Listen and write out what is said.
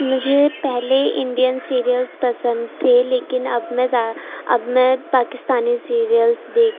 مجھے پہلے Indian serials پسند تھے لیکن اب میں زیاد اب میں پاکستانی سیریلس دیکھتی